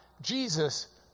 Jesus